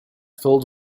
filled